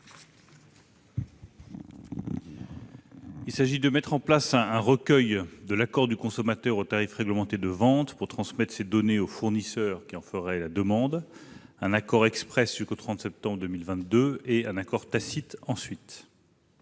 il s'agit de mettre en place un recueil de l'accord du consommateur au tarif réglementé de vente, pour transmettre ces données au fournisseur qui en ferait la demande : accord exprès jusqu'au 30 septembre 2022, accord tacite ensuite.